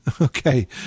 Okay